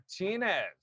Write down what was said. Martinez